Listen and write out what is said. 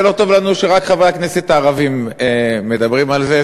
זה לא טוב לנו שרק חברי הכנסת הערבים מדברים על זה,